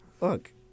Look